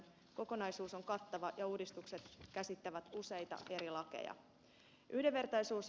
kokonaisuus on kattava ja uudistukset käsittävät useita eri lakeja